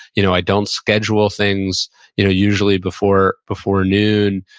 you know i don't schedule things you know usually before before noon,